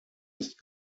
ist